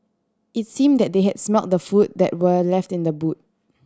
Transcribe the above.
it's seem that they had smelt the food that were left in the boot